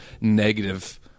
negative